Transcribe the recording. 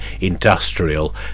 industrial